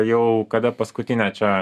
jau kada paskutinę čia